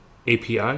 API